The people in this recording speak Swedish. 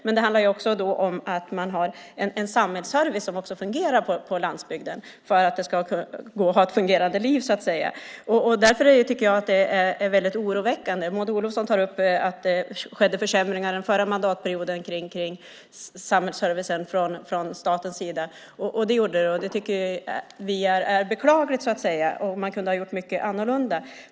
Men det handlar också om att ha en samhällsservice som fungerar på landsbygden för att det ska gå att ha ett fungerande liv. Men utvecklingen är oroväckande. Maud Olofsson tar upp att det skedde försämringar av samhällsservicen från statens sida under förra mandatperioden. Det gjorde det, och det tycker vi var beklagligt. Man kunde ha gjort mycket annorlunda.